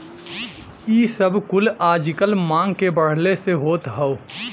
इ सब कुल आजकल मांग के बढ़ले से होत हौ